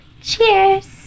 Cheers